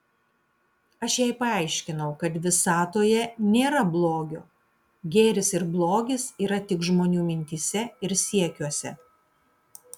aš jai paaiškinau kad visatoje nėra blogio gėris ir blogis yra tik žmonių mintyse ir siekiuose